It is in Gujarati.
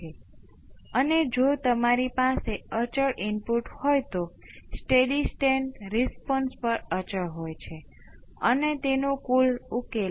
વિદ્યાર્થી તેથી તમે તેમાં પ્રવેશશો નહીં હમણાં માટે તમે ધારી શકો છો તમે નેટવર્ક સેન્સ સિસ્ટમ જેવા કોર્સમાં તેની વિગતો જોશો